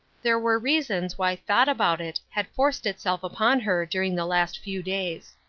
there were reasons why thought about it had forced itself upon her during the last few days.